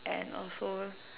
and also